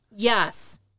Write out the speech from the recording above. Yes